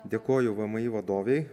dėkoju vmi vadovei